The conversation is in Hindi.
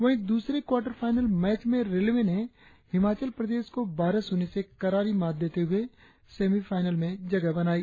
वहीं दूसरे क्वाटर फाइनल मैच में रेलवे ने हिमाचल प्रदेश को बारह शून्य से कररी मात देते हुए सेमीफाइनल में प्रवेश किया